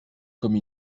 comme